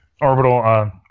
orbital